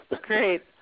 Great